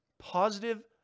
positive